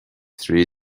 three